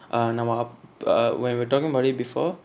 uh நம்ம அப்பா:namma appa when we were talking about it before